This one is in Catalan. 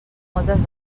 moltes